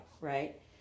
right